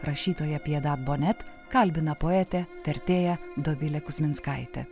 rašytoją piedat bonet net kalbina poetė vertėja dovilė kuzminskaitė